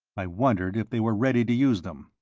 i wondered if they were ready to use them,